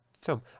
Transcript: film